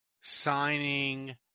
signing